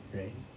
right